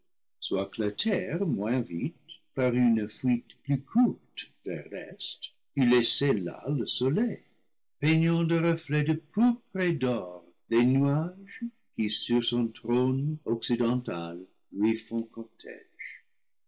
moins vite par une fuite plus courte vers l'est eût laissé là le soleil peignant de reflets de pourpre et d'or les nuages qui sur son trône occidental lui font cortége